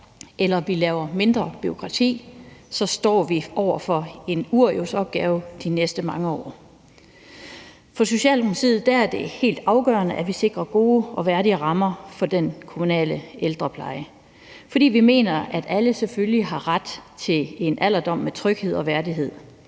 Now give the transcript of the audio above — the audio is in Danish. eller om vi laver mindre bureaukrati, står vi på en uriaspost over for en stor opgave de næste mange år. For Socialdemokratiet er det helt afgørende, at vi sikrer gode og værdige rammer for den kommunale ældrepleje, fordi vi mener, at alle selvfølgelig har ret til en alderdom med tryghed og værdighed.